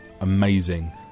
Amazing